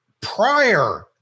prior